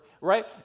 right